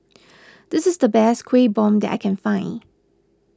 this is the best Kueh Bom that I can find